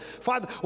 Father